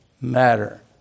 matter